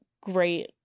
great